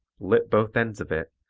lit both ends of it,